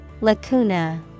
Lacuna